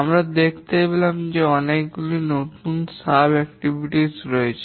আমরা দেখতে পেলাম যে এখানে অনেকগুলি নতুন উপ কার্যক্রম রয়েছে